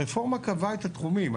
הרפורמה קבעה את התחומים.